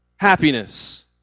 Happiness